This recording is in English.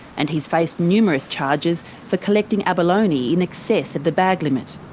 and he has faced numerous charges for collecting abalone in excess of the bag limit.